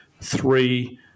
three